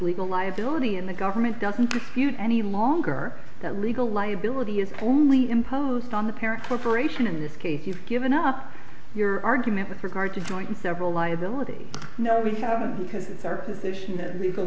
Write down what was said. legal liability and the government doesn't dispute any longer that legal liability is only imposed on the parent corporation in this case you've given up your argument with regard to join several liability no we haven't because it's